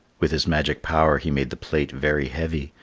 with his magic power he made the plate very heavy,